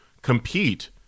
Compete